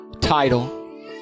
title